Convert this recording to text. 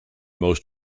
most